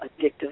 addictive